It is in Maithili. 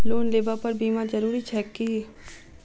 लोन लेबऽ पर बीमा जरूरी छैक की?